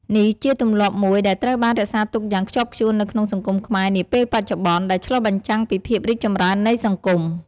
នេះជាទម្លាប់មួយដែលត្រូវបានរក្សាទុកយ៉ាងខ្ជាប់ខ្ជួននៅក្នុងសង្គមខ្មែរនាពេលបច្ចុប្បន្ន ដែលឆ្លុះបញ្ចាំងពីភាពរីកចម្រើននៃសង្គម។